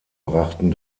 brachten